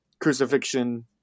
crucifixion